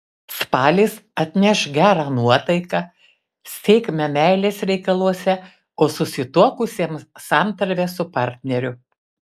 spalis atneš gerą nuotaiką sėkmę meilės reikaluose o susituokusiems santarvę su partneriu